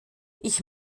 ich